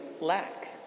lack